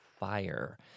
fire